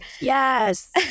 yes